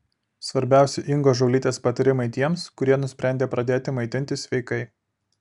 svarbiausi ingos žuolytės patarimai tiems kurie nusprendė pradėti maitintis sveikai